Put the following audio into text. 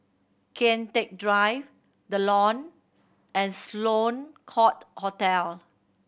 Kian Teck Drive The Lawn and Sloane Court Hotel